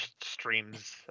streams